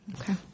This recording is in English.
Okay